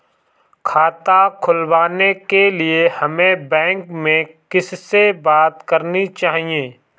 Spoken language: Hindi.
खाता खुलवाने के लिए हमें बैंक में किससे बात करनी चाहिए?